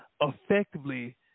effectively